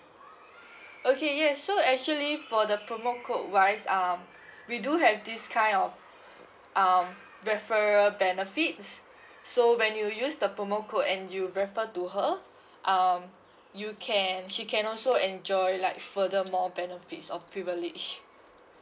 okay yes so actually for the promo code wise um we do have this kind of um referral benefits so when you use the promo code and you refer to her um you can she can also enjoy like further more benefits or privilege